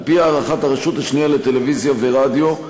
על-פי הערכת הרשות השנייה לטלוויזיה ורדיו,